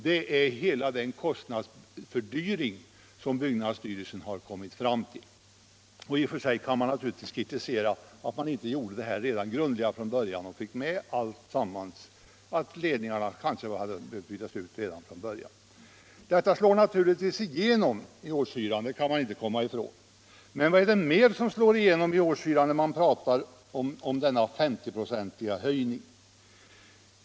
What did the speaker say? Det är hela den kostnadsfördyring som byggnadsstyrelsen har kommit fram till. I och för sig kan man naturligtvis kritisera att beräkningarna inte gjordes grundligare från början och att man t.ex. inte tidigare insåg att ledningarna behövde bytas ut. Att detta slår igenom i årshyran kan man inte komma ifrån. Men vad är det mer som slår igenom i årshyran när man talar om en 50 procentig höjning?